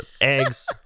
Eggs